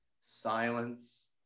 silence